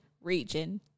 region